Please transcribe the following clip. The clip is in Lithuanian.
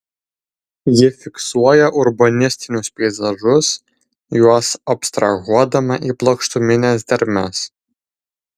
ji fiksuoja urbanistinius peizažus juos abstrahuodama į plokštumines dermes